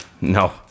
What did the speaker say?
No